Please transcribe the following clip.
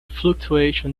fluctuation